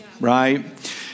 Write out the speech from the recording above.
Right